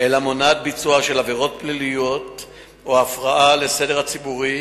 אלא מונעת ביצוע עבירות פליליות והפרעה לסדר הציבורי